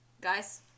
guys